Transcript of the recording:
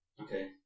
Okay